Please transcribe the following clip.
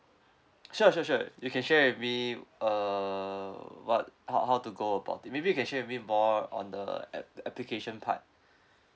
sure sure sure you can share with me uh what how how to go about it maybe you can share with me more on the ap~ application part